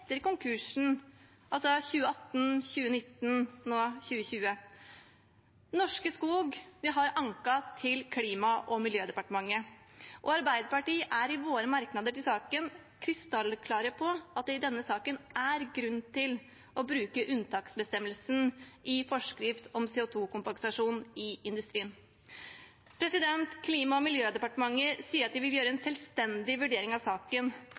konkursen, altså 2018, 2019 og nå 2020. Norske Skog har anket til Klima- og miljødepartementet, og Arbeiderpartiet er i våre merknader til saken krystallklare på at det i denne saken er grunn til å bruke unntaksbestemmelsen i forskrift om CO 2 -kompensasjon i industrien. Klima- og miljødepartementet sier at de vil gjøre en selvstendig vurdering av saken,